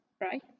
right